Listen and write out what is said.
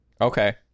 Okay